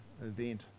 event